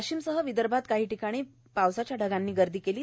वाशिमसह विदर्भात काही ठिकाणी पावसाच्या ढगांनी गर्दी केली आहे